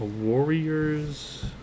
Warriors